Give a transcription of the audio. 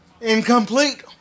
incomplete